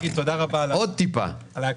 עוד טיפה.